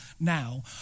now